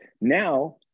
now